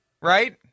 Right